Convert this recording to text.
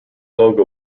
logo